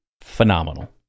phenomenal